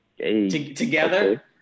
together